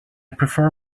prefer